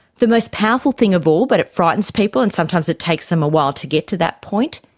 the most powerful thing of all but it frightens people and sometimes it takes them a while to get to that point,